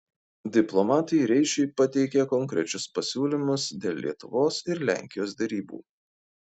diplomatai reišiui pateikė konkrečius pasiūlymus dėl lietuvos ir lenkijos derybų